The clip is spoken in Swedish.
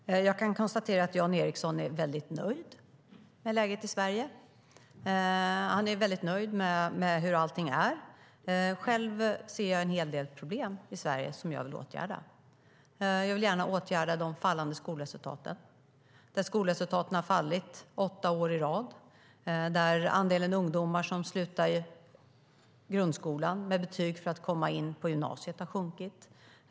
Fru talman! Jag kan konstatera att Jan Ericson är mycket nöjd med läget i Sverige. Han är mycket nöjd med hur allting är. Jag ser däremot en hel del problem i Sverige som jag vill åtgärda. Jag vill åtgärda de fallande skolresultaten. Skolresultaten har fallit åtta år i rad. Andelen ungdomar som slutar grundskolan med tillräckliga betyg för att komma in på gymnasiet har minskat.